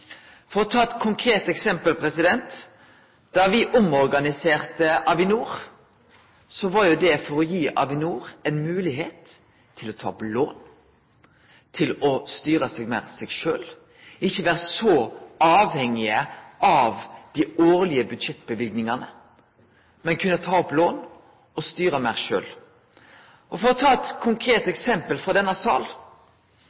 Lat meg ta eit konkret eksempel: Da me omorganiserte Avinor, var det for å gi Avinor ei moglegheit til å ta opp lån, til å styre seg meir sjølv – ikkje vere så avhengig av dei årlege budsjettløyvingane, men kunne ta opp lån og styre meir sjølv. For å ta eit konkret